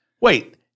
Wait